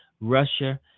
Russia